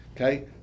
okay